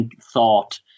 thought